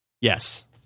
Yes